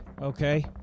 okay